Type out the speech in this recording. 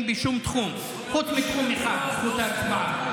בכל תחום חוץ מתחום אחד: זכות ההצבעה.